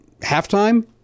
halftime